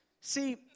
See